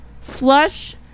Flush